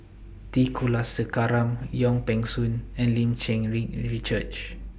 T Kulasekaram Wong Peng Soon and Lim Cherng Yih Richard